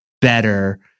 better